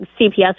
CPS